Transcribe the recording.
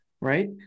right